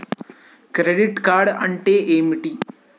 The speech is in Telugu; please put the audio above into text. క్రెడిట్ కార్డ్ అంటే ఏమిటి?